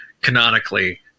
canonically